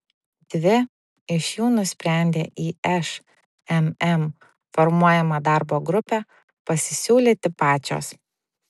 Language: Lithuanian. dvi iš jų nusprendė į šmm formuojamą darbo grupę pasisiūlyti pačios